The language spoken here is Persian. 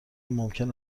ممکن